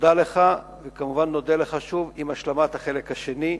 תודה לך, וכמובן נודה לך שוב עם השלמת החלק השני.